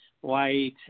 white